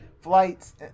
flights